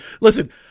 Listen